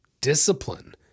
discipline